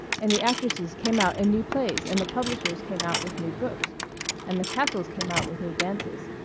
and the actresses came out in new plays and the publishers came out with new books and the castles came out with new dances.